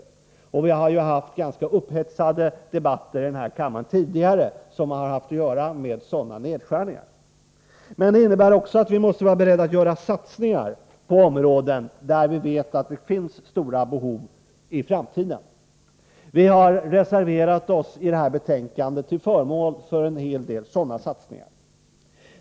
Vi har här i kammaren tidigare haft ganska upphetsade debatter som haft att göra med sådana nedskärningar. Men det innebär också att vi måste vara beredda att göra satsningar på områden där vi vet att det i framtiden finns stora behov. Vi har i det här betänkandet reserverat oss till förmån för en hel del sådana satsningar.